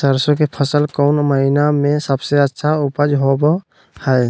सरसों के फसल कौन महीना में सबसे अच्छा उपज होबो हय?